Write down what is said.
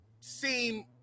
Seem